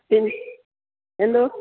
എന്തോ